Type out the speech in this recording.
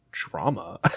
drama